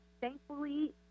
Thankfully